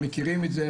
מכירים את זה,